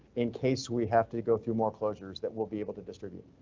in case we have to go through more closures that will be able to distribute.